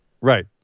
Right